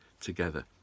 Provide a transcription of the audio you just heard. together